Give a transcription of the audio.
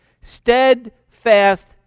Steadfast